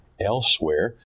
elsewhere